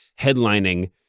headlining